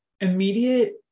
immediate